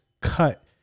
cut